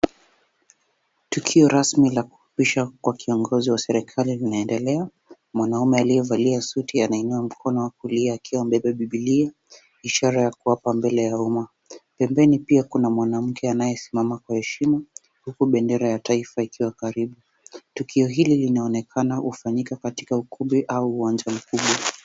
Tukio rasmi la kuapisha kwa kiongozi wa serikali linaendelea. Mwanaume aliyevalia suti anainua mkono wa kulia akiwa amebeba bibilia, ishara ya kuapa mbele ya umma. Pembeni pia kuna mwanamke anayesimama kwa heshima, huku bendera ya taifa ikiwa karibu. Tukio hili linaonekana kmhufanyika katika ukumbi au uwanja mkubwa.